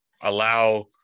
allow